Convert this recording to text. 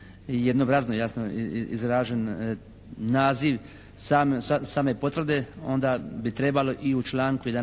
jednobrazno izražen naziv same potvrde. Onda bi trebalo i u članku 11. pisati